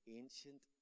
ancient